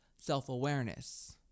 self-awareness